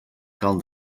cal